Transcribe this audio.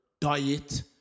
diet